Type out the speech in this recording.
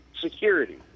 Security